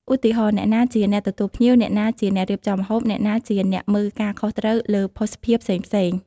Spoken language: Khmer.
ឧទាហរណ៍ អ្នកណាជាអ្នកទទួលភ្ញៀវ អ្នកណាជាអ្នករៀបចំម្ហូប អ្នកណាជាអ្នកមើលការខុសត្រូវលើភ័ស្តុភារផ្សេងៗ។